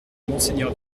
monseigneur